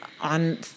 on